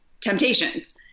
temptations